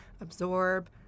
absorb